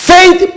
Faith